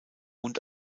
und